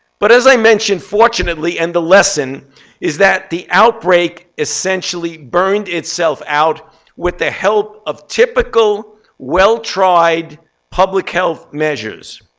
but as i mentioned, fortunately, and the lesson is that the outbreak essentially burned itself out with the help of typical well-tried public health measures.